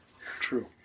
True